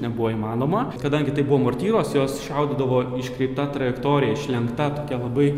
nebuvo įmanoma kadangi tai buvo mortyros jos šaudydavo iškreipta trajektorija išlenkta tokia labai